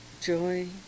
joy